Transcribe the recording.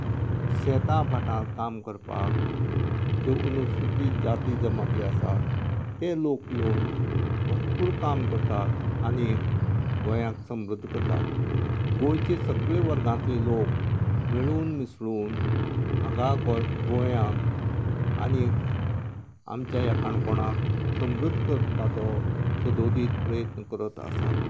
शेता भाटां काम करपाक ज्यो वनस्पती जाती जमाती आसात ते लोक येवन भरपूर काम करतात आनीक गोंयांक समृध्द करतात गोंयचे सगळें वर्गातले लोक मेळून मिसळून हांगा गो गोंयांक आनीक आमच्या ह्या काणकोणाक समृध्द करपाचो सदोदीत प्रयत्न करत आसात